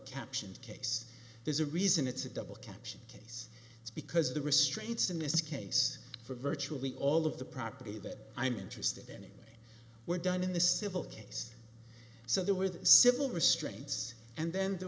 captioned case there's a reason it's a double capture case because the restraints in this case for virtually all of the property that i'm interested in any were done in the civil case so there were the civil restraints and then there